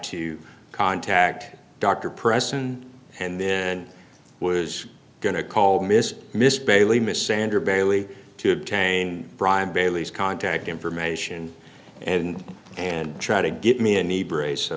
to contact dr preston and then was going to call miss miss bailey miss sander bailey to obtain brian bailey's contact information and and try to get me a